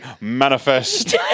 manifest